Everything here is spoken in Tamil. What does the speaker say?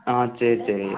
ஆ சரி சரி